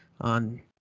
on